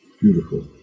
Beautiful